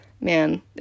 man